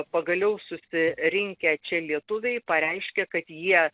pagaliau susirinkę čia lietuviai pareiškė kad jie